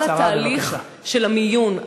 כל התהליך של המיון,